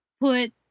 put